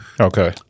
Okay